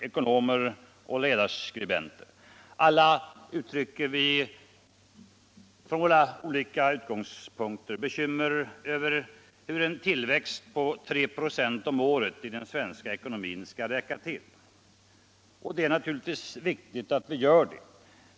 ekonomer och ledarskribenter — alla uttrycker vi från våra olika utgångspunkter bekymmer över hur en tillväxt på 3 5 om året i den svenska ekonomin skall räcka till. Och det är naturligtvis viktigt att vi gör det.